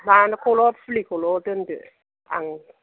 माबाखौल' फुलिखौल' दोनदो आं